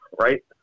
right